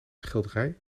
schilderij